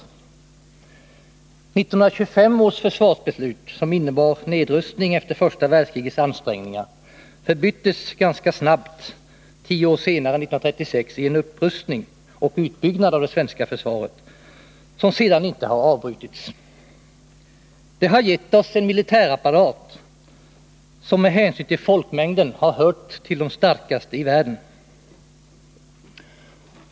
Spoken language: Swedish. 1925 års försvarsbeslut, som innebar en nedrustning efter första världskrigets ansträngningar, förbyttes ganska snabbt ca tio år senare, 1936, i en upprustning och utbyggnad av det svenska försvaret som sedan inte har avbrutits. Det har gett oss en militärapparat som med hänsyn till folkmängden har hört till de starkaste i världen.